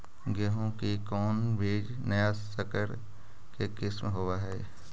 गेहू की कोन बीज नया सकर के किस्म होब हय?